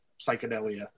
psychedelia